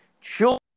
Children